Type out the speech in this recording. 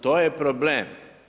To je problem.